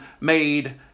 made